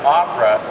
opera